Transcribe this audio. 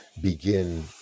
begin